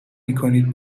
میکنید